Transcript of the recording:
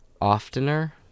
oftener